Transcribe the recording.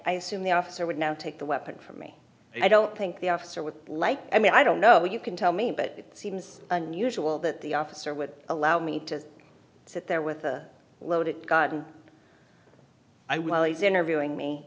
i assume the officer would now take the weapon from me and i don't think the officer was like i mean i don't know you can tell me but it seems unusual that the officer would allow me to sit there with a loaded gun and i was interviewing me